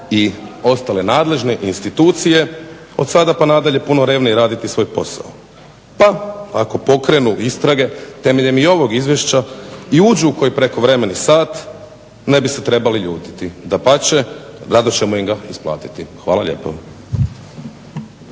i ostale nadležne institucije odsada pa nadalje puno revnije raditi svoj posao pa ako pokrenu istrage temeljem i ovog izvješća i uđu u koji prekovremeni sat ne bi se trebali ljutiti, dapače rado ćemo im ga isplatiti. Hvala lijepo.